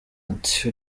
ati